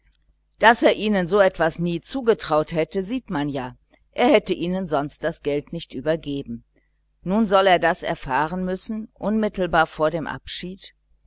daß er ihnen so etwas nie zugetraut hätte sieht man ja er hätte ihnen sonst das geld nicht übergeben nun soll er das erfahren müssen unmittelbar vor dem abschied